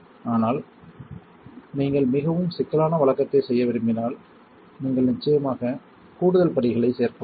ஆனால் நீங்கள் மிகவும் சிக்கலான வழக்கத்தை செய்ய விரும்பினால் நீங்கள் நிச்சயமாக கூடுதல் படிகளைச் சேர்க்கலாம்